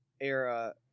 Era